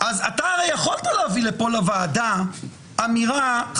הרי שיכולת להביא לכאן לוועדה אמירה שאומרת: חברים,